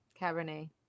Cabernet